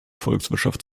volkswirtschaft